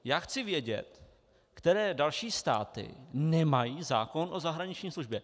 Já chci vědět, které další státy nemají zákon o zahraniční službě.